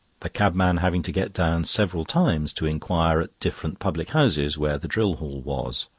the cabman having to get down several times to inquire at different public-houses where the drill hall was.